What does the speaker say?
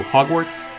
Hogwarts